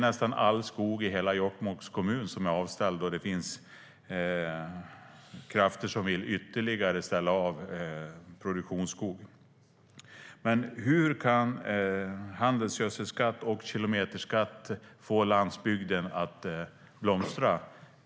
Nästan all skog i hela Jokkmokks kommun är avställd, och det finns krafter som ytterligare vill ställa av produktionsskog. Hur kan handelsgödselskatt och kilometerskatt få landsbygden att blomstra?